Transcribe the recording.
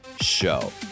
Show